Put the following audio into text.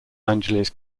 angeles